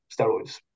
steroids